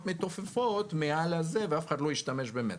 מתעופפות מעל ואף אחד לא ישתמש במטרו.